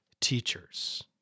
teachers